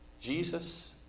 Jesus